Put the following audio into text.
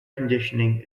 conditioning